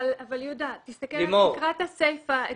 תקרא את הסיפה.